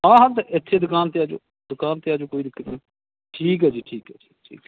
ਹਾਂ ਹਾਂ ਤੇ ਇੱਥੇ ਦੁਕਾਨ 'ਤੇ ਆ ਜਾਓ ਦੁਕਾਨ 'ਤੇ ਆ ਜਾਓ ਕੋਈ ਦਿੱਕਤ ਨਹੀਂ ਠੀਕ ਹੈ ਜੀ ਠੀਕ ਹੈ ਜੀ ਠੀਕ ਹੈ